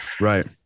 Right